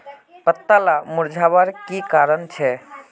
पत्ताला मुरझ्वार की कारण छे?